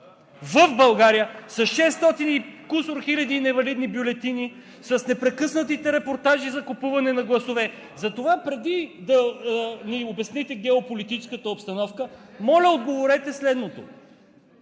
и кусур хиляди невалидни бюлетини, с непрекъснатите репортажи за купуване на гласове? Затова преди да ни обясните геополитическата обстановка, моля, отговорете следното: